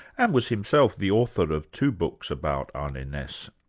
and was himself the author of two books about arne ah naess,